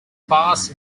bars